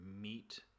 meet